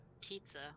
Pizza